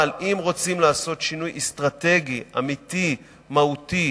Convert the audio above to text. אבל אם רוצים לעשות שינוי אסטרטגי, אמיתי, מהותי,